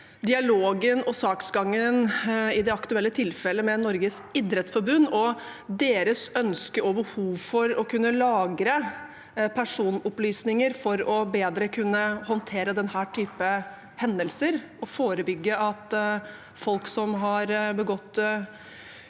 aktuelle tilfellet med Norges idrettsforbund og deres ønske og behov for å kunne lagre personopplysninger for bedre å kunne håndtere denne typen hendelser og forebygge at folk som har begått